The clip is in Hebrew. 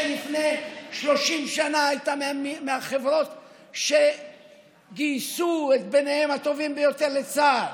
שלפני 30 שנה הייתה מהחברות שגייסו את בניהן הטובים ביותר לצה"ל,